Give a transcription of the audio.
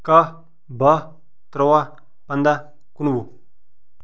کَہہ باہ تُرٛواہ ژۄدہ پَنٛداہ